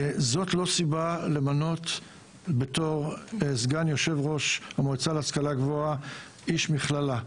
זאת לא סיבה למנות בתור סגן יו"ר המועצה להשכלה גבוהה איש מכללה.